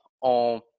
on